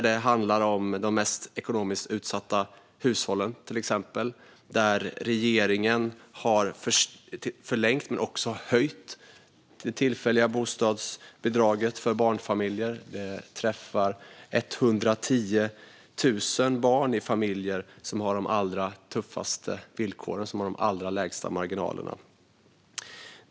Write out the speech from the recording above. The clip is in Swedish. Det handlar till exempel om de mest ekonomiskt utsatta hushållen, där regeringen har förlängt men också höjt det tillfälliga bostadsbidraget för barnfamiljer. Det träffar 110 000 barn i familjer som har de allra tuffaste villkoren och de allra lägsta marginalerna.